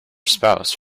spouse